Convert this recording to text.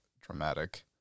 dramatic